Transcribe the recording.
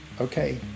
Okay